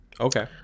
Okay